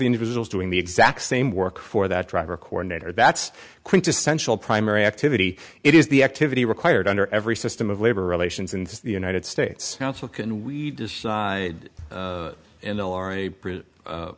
the individuals doing the exact same work for that driver coordinator that's quintessential primary activity it is the activity required under every system of labor relations in the united states council can we